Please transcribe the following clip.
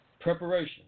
preparation